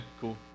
cool